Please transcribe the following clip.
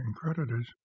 creditors